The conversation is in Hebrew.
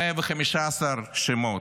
115 שמות.